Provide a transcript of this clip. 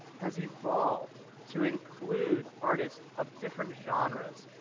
has evolved to include artists of different genres,